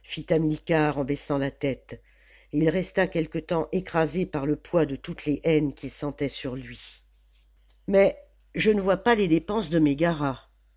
en baissant la tête et il resta quelque temps écrasé par le poids de toutes les haines qu'il sentait sur lui mais je ne vois pas les dépenses de mégara